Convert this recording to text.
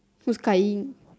who's Kai-Ying